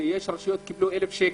שיש רשויות שקיבלו אלף שקל,